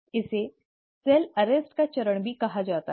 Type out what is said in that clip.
इसे सेल गिरफ्तारी का चरण भी कहा जाता है